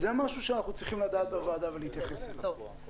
זה משהו שאנחנו צריכים לדעת בוועדה ולהתייחס אליו.